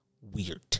Weird